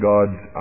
God's